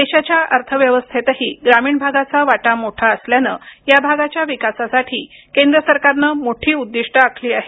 देशाच्या अर्थव्यवस्थेतही ग्रामीण भागाचा वाटा मोठा असल्यानं या भागाच्या विकासासाठी केंद्र सरकारनं मोठी उद्दीष्टं आखली आहेत